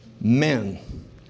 men